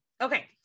Okay